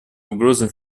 угрозой